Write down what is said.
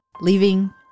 leaving